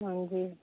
ਹਾਂਜੀ